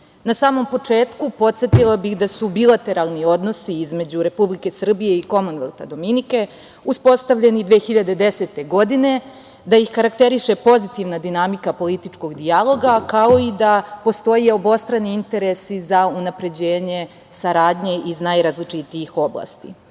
Na samom početku podsetila bih da su bilateralni odnosi između Republike Srbije i Komonvelta Dominike uspostavljeni 2010. godine, da ih karakteriše pozitivna dinamika političkog dijaloga, kao i da postoje obostrani interesi za unapređenje saradnje iz najrazličitijih oblasti. Ono